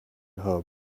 hub